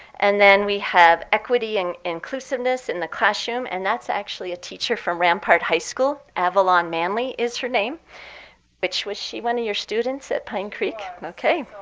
and then we have equity and inclusiveness in the classroom, and that's actually a teacher from rampart high school. avalon manly is her name which was she one of your students at pine creek? she